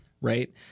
Right